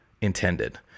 intended